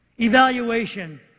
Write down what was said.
evaluation